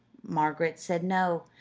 margaret said no,